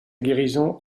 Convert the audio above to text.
guérison